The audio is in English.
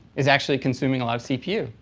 is actually consuming a lot of cpu.